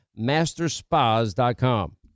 masterspas.com